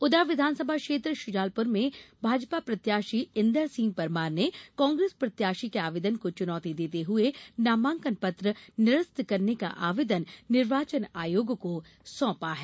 उधर विधानसभा क्षेत्र श्जालपुर में भाजपा प्रत्याशी इन्दरसिंह परमार ने कांग्रेस प्रत्याशी के आवेदन को चुनौती देते हुए नामांकन पत्र निरस्त करने का आवेदन निर्वाचन आयोग को सौंपा है